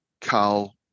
Carl